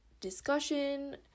discussion